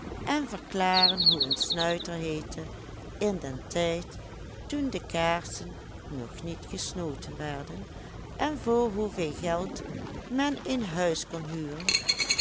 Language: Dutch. en verklaren hoe een snuiter heette in den tijd toen de kaarsen nog niet gesnoten werden en voor hoeveel geld men een huis kon huren